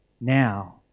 now